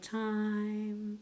time